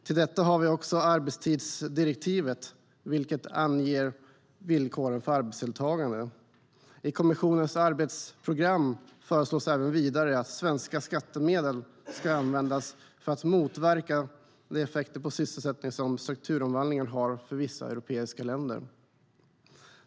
Till detta har vi också arbetstidsdirektivet, vilket anger villkoren för arbetsdeltagande. I kommissionens arbetsprogram föreslås vidare att svenska skattemedel ska användas för att motverka de effekter på sysselsättning som strukturomvandlingar har för vissa europeiska länder.